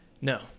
no